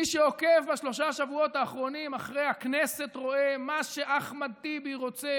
מי שעוקב בשלושה השבועות האחרונים אחרי הכנסת רואה: מה שאחמד טיבי רוצה,